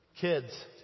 Kids